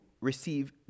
receive